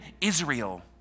Israel